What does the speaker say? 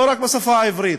לא רק בשפה העברית.